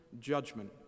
judgment